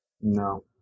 No